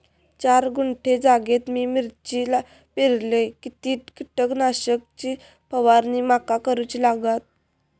चार गुंठे जागेत मी मिरची पेरलय किती कीटक नाशक ची फवारणी माका करूची लागात?